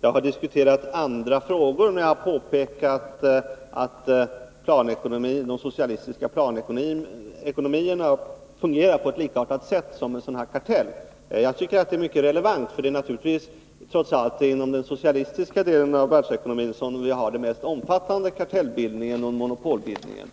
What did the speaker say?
jag har diskuterat andra frågor när jag har påpekat att de socialistiska planekonomierna fungerar på ett sätt som är likartat en sådan här kartell. Jag tycker att det är relevant, för det är naturligtvis inom den socialistiska delen av världsekonomin som vi har den mest omfattande kartellbildningen och monopolbildningen.